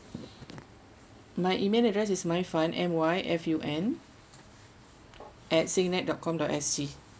my email address is myfun M Y F U N at singnet dot com dot S G